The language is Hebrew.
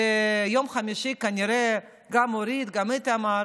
ביום חמישי כנראה גם אורית וגם איתמר